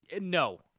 No